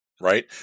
right